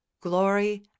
glory